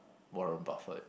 Warren-Buffett